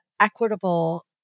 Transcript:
equitable